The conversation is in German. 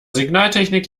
signaltechnik